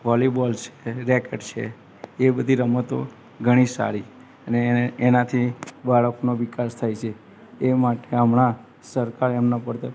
volleyball છે રેક્ટ છે એ બધી રમતો ઘણી સારી અને એને એનાથી બાળકનો વિકાસ થાય છે એ માટે હમણાં સરકાર એમના પર